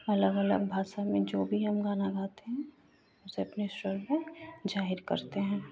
अलग अलग भाषा में जो भी हम गाना गाते हैं उसे अपने स्वर में हम जाहिर करते हैं